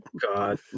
God